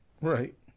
Right